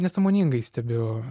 nesąmoningai stebiu